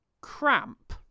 Cramp